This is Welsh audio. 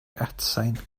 atsain